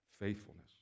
Faithfulness